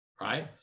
right